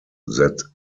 that